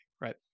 right